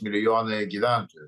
milijonai gyventojų